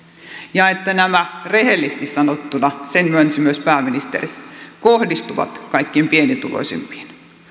ja että nämä rehellisesti sanottuna sen myönsi myös pääministeri kohdistuvat kaikkein pienituloisimpiin